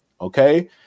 Okay